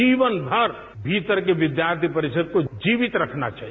जीवनभर भीतर के विद्यार्थी को जीवित रखना चाहिए